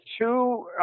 two